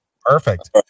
perfect